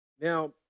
Now